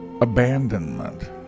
abandonment